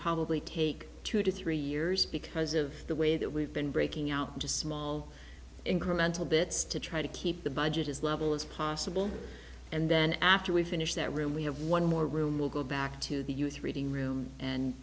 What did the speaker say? probably take two to three years because of the way that we've been breaking out into small incremental bits to try to keep the budget as level as possible and then after we finish that room we have one more room we'll go back to the youth reading room and